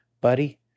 Buddy